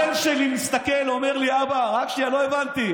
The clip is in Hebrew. הבן שלי מסתכל, אומר לי: אבא, רק שנייה, לא הבנתי,